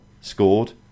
scored